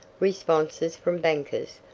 responses from bankers,